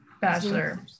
Bachelor